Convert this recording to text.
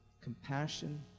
compassion